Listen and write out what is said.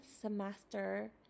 semester